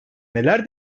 neler